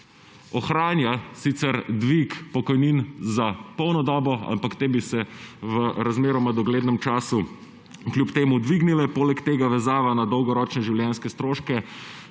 Ohranja sicer dvig pokojnin za polno dobo, ampak te bi se v razmeroma doglednem času kljub temu dvignile, poleg tega vezava na dolgoročne življenjske stroške,